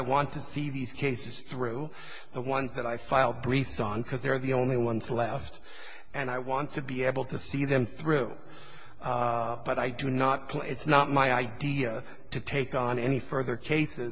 want to see these cases through the ones that i file briefs on because they're the only ones left and i want to be able to see them through but i do not play it's not my idea to take on any further cas